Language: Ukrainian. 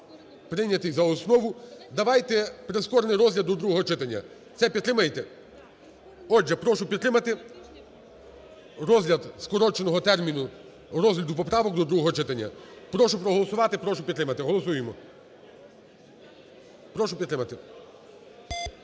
прийнятий за основу. Давайте прискорений розгляд до другого читання. Це підтримаєте? Отже, прошу підтримати розгляд скороченого терміну розгляду поправок до другого читання, прошу проголосувати, прошу підтримати. Голосуємо. Прошу підтримати.